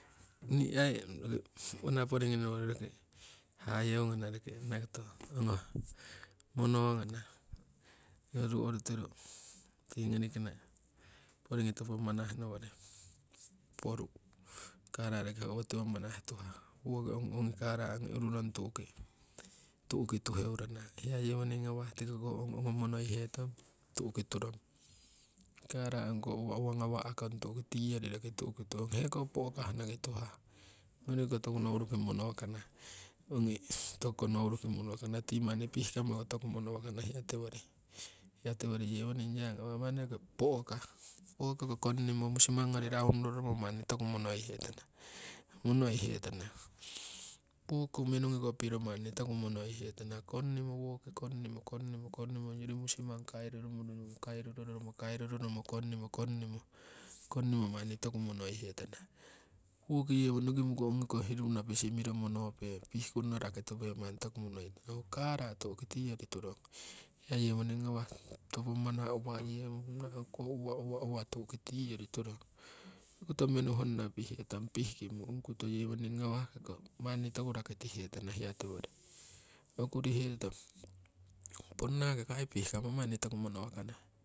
Nii aii roki ngana poringii nowori roki hayeu ngana roki anakoto ongo mono ngana ho ruu oritiru tii ngoni kana poringii topo manah nowori poporu'. Kala roki ho owotiwo manah tuhah woki ong ongi kala ongi ururong tu'ki tuheu rana. Hiya yewoning tiko ko ong ongo monoi hetong tu'ki turong. Kala ongko uwa uwa ngawa'kong tu'ki tiyori roki turong, heko po'kah noki tuhah ngoni kiko toku nouri ruki mono kana tii manni pihkamoko toku mono wakana hiya tiwori. Hiya tiwori yewoning ya ngawah manni roki po'kah wokiko konnimo musimangori raunuroromo manni toku monoi hetana, monoi hetana. wokiko menungi ko piro manni toku monoi hetana konnimo woki konnimo konnimo konnimo ongyori musimang kairu roromo, kairu roromo, kairu roromo, konnimo, konnimo, konnimo manni toku monoi hetana, woki yewo ongi ko koh napisi nokimo miro monope pihkunno rakitupe manni toku monoi kuina. Ho kala tu'ki tiyori turong, hiya yewoning ngawha topo manah, uwa yewo uwa uwa uwa tu'uki tiyori turong. Ongi ko koto menu honna yewoning ngawah pihetong pihkimo manni toku rakite tana hiya tiwori. Ponna ki ko aii pihkamo toku monowakana